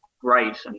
great